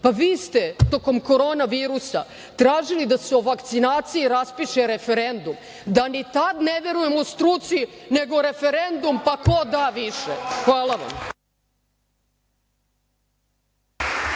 ste tokom Korona virusa tražili da se o vakcinaciji raspiše referendum, da ni tada ne verujemo struci, nego referendum, pa ko da više. Hvala vam.